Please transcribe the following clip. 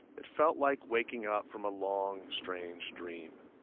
it felt like waking up from a long, strange dream.